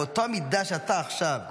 באותה מידה שאתה עכשיו,